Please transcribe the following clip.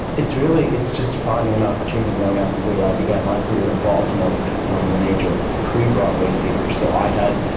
really, it's just finding an opportunity and going out to do it. i began my career in baltimore, which was one of the major pre-broadway theatres. so i had,